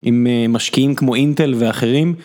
עם משקיעים כמו אינטל ואחרים.